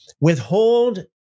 Withhold